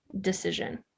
decision